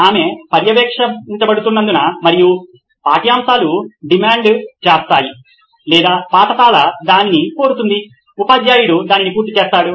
ఆమె పర్యవేక్షించబడుతున్నందున మరియు పాఠ్యాంశాలు డిమాండ్ చేస్తాయి లేదా పాఠశాల దానిని కోరుతుంది ఉపాధ్యాయుడు దానిని పూర్తి చేస్తాడు